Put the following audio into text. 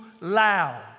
loud